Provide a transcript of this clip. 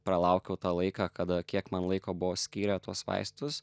pralaukiau tą laiką kada kiek man laiko buvo skyrę tuos vaistus